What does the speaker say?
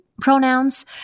pronouns